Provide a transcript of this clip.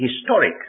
historic